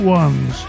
ones